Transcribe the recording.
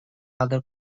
other